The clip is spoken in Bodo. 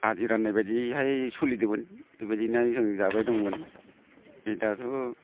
आदि राननायबादिहाय सोलिदोंमोन बेबायदिनो जों जाबाय दंमोन बे दाथ'